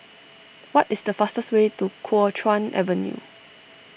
what is the fastest way to Kuo Chuan Avenue